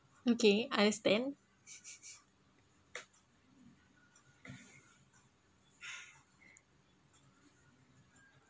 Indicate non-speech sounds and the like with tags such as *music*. okay I understand *laughs*